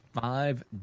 Five